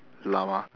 llama